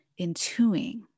intuing